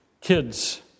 Kids